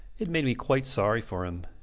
it made me quite sorry for him.